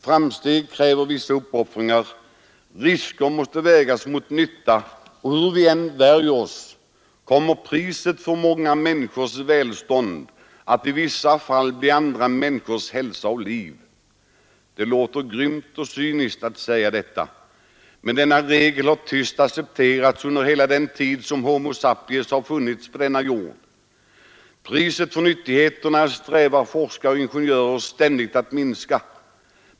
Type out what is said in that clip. Framsteg kräver vissa uppoffringar, risker måste vägas mot nytta, och hur vi än värjer oss kommer priset för många människors välstånd att i vissa fall bli andra människors hälsa och liv. Det låter grymt och cyniskt att säga detta men denna regel har tyst accepterats under hela den tid som Homo sapiens har funnits på denna jord. Priset för nyttigheterna strävar forskare och ingenjörer ständigt att minska.